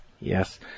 Yes